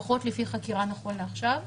לפחות לפי החקירה נכון לעכשיו.